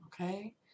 Okay